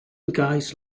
guys